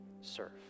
serve